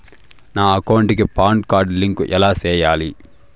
నా అకౌంట్ కి PAN card link ఎలా సేయాలి